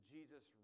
Jesus